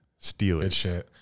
Steelers